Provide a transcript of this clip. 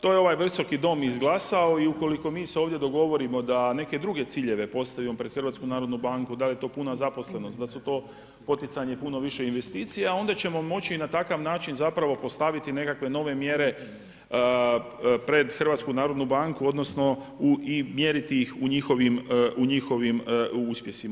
To je ovaj Visoki dom izglasao i ukoliko mi se ovdje dogovorimo da neke druge ciljeve postavimo pred HNB da li je to puna zaposlenost, da su to poticanje puno više investicija onda ćemo moći i na takav način zapravo postaviti nekakve nove mjere pred HNB odnosno i mjeriti ih u njihovim uspjesima.